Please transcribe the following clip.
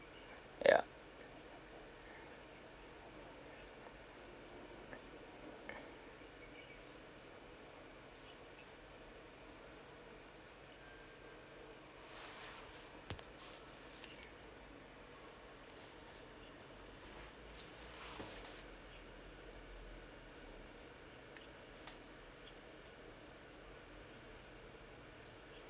ya